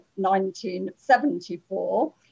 1974